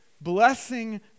blessing